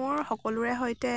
মোৰ সকলোৰে সৈতে